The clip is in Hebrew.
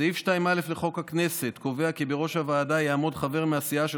סעיף 2א לחוק הכנסת קובע כי "בראש הוועדה יעמוד חבר מהסיעה של